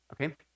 okay